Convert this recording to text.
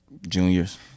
Juniors